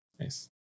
Nice